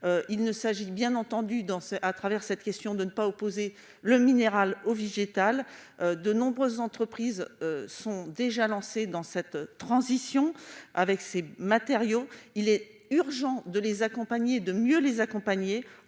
il ne s'agit, bien entendu, dans ce à travers cette question de ne pas opposer le minéral au végétal, de nombreuses entreprises sont déjà lancés dans cette transition avec ces matériaux, il est urgent de les accompagner, de mieux les accompagner